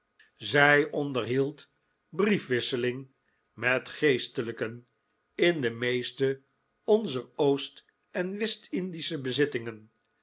zij onderhield briefwisseling met geestelijken in de meeste onzer oost en west-indische bezittingen